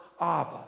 Abba